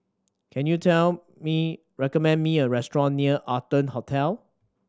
can you recommend me a restaurant near Arton Hotel